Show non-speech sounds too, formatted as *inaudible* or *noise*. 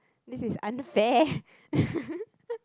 this is unfair *laughs*